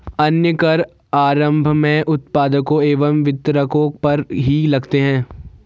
अन्य कर आरम्भ में उत्पादकों एवं वितरकों पर ही लगते हैं